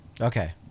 Okay